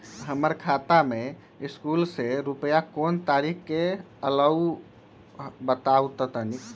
हमर खाता में सकलू से रूपया कोन तारीक के अलऊह बताहु त तनिक?